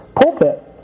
pulpit